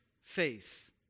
faith